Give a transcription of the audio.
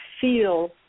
feel